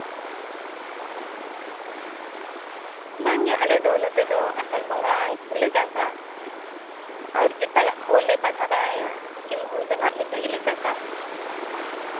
ᱵᱟᱝ ᱜᱮ ᱟᱞᱮ ᱫᱚ ᱱᱚᱛᱮ ᱫᱚ ᱟᱥᱟᱲ ᱵᱚᱸᱜᱟ ᱜᱮᱞᱮ ᱪᱟᱥᱟ ᱟᱨ ᱮᱴᱟᱜᱟᱜ ᱠᱚᱞᱮ ᱵᱟᱫᱷᱟ ᱵᱟᱲᱟᱭᱟ ᱮᱠᱮᱱ ᱦᱩᱲᱩ ᱫᱚ ᱱᱟᱜ ᱢᱤᱫ ᱫᱷᱟᱹᱣ ᱜᱮᱞᱮ ᱪᱟᱥᱟ